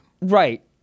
Right